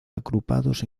agrupados